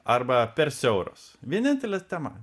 arba per siauros vienintelė temą